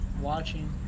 watching